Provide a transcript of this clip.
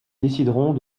décideront